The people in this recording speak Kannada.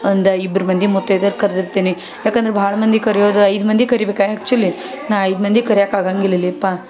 ಒಂದು ಇಬ್ರು ಮಂದಿ ಮುತ್ತೈದೇರು ಕರ್ದಿರ್ತೀನಿ ಯಾಕಂದ್ರೆ ಭಾಳ ಮಂದಿ ಕರೆಯೋದು ಐದು ಮಂದಿ ಕರಿಬೇಕ ಆಕ್ಚುಲಿ ಐದು ಮಂದಿ ಕರೆಯೋಕೆ ಆಗಂಗಿಲ್ಲಲೆ ಯಪ್ಪ